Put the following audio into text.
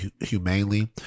humanely